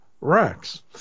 Rex